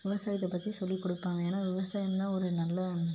விவசாயத்தைப் பற்றி சொல்லிக்கொடுப்பாங்க ஏன்னா விவசாயம்தான் ஒரு நல்ல